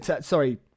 Sorry